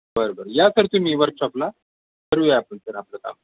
बर बर या सर तुम्ही वर्कशॉपला करूया आपण सर आपलं काम